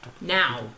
Now